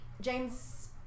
James